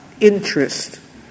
interest